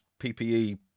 PPE